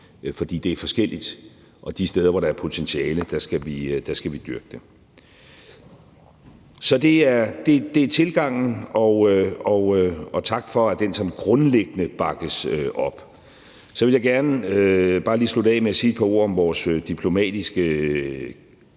fordi det er forskelligt og vi de steder, hvor der er et potentiale, skal dyrke det. Så det er tilgangen, og tak for, at den sådan grundlæggende bakkes op. Så vil jeg gerne bare lige slutte af med at sige et par ord om vores diplomatiske